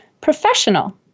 Professional